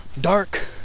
Dark